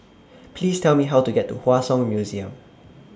Please Tell Me How to get to Hua Song Museum